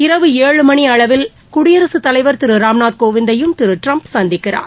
இரவு ஏழு மணி அளவில் குடியரசுத் தலைவர் திரு ராம்நாத் கோவிந்தையும் திரு ட்டிரம்ப் சந்திக்கிறார்